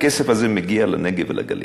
הכסף הזה מגיע לנגב ולגליל.